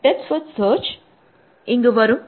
depth first search இங்கு வரும்